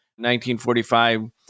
1945